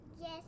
Yes